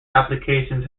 applications